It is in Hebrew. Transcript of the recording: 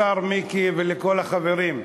וכל החברים,